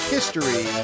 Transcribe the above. History